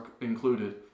included